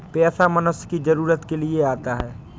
पैसा मनुष्य की जरूरत के लिए आता है